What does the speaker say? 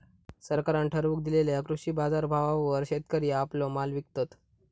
सरकारान ठरवून दिलेल्या कृषी बाजारभावावर शेतकरी आपलो माल विकतत